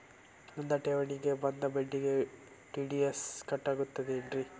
ನನ್ನ ಠೇವಣಿಗೆ ಬಂದ ಬಡ್ಡಿಗೆ ಟಿ.ಡಿ.ಎಸ್ ಕಟ್ಟಾಗುತ್ತೇನ್ರೇ?